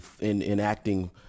enacting